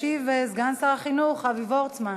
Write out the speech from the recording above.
ישיב סגן שר החינוך אבי וורצמן.